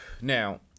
Now